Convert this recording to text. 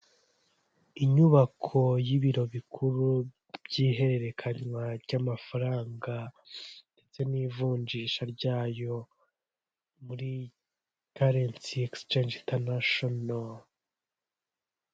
Inyubako y'ibiro bikuru by'ihererekanywa ry'amafaranga, ndetse n'ivunjisha ryayo muri karensi egisicenje intanashono.